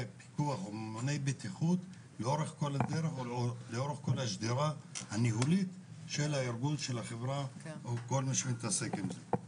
ממונה בטיחות לאורך כל השדרה הניהולי של החברה או של כל מי שמתעסק עם זה.